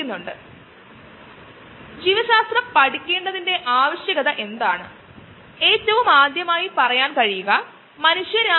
അതിനാൽ ഇത് ഒരുതരം ബയോ മോളിക്യൂളാണ് അമിനോ ആസിഡ് അമിനോ ആസിഡിന്റെ ഒരു പോളിമെർ ഒരു പ്രോട്ടീൻ ആണ്